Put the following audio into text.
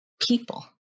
people